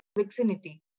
vicinity